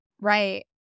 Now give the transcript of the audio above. right